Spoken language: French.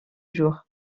jours